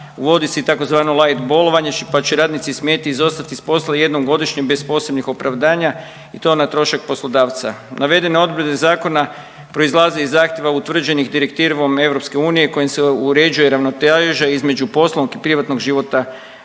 Uvodi se i tzv. light bolovanje, pa će radnici smjeti izostati s posla jednom godišnje bez posebnih opravdanja i to na trošak poslodavca. Navedene odredbe zakona proizlaze iz zahtjeva utvrđenih direktivom EU kojim se uređuje ravnoteža između poslovnog i privatnog života